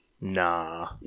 nah